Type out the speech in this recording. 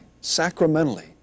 sacramentally